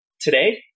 Today